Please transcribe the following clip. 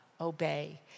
obey